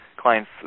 clients